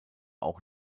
auch